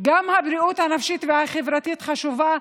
גם הבריאות הנפשית והחברתית חשובה.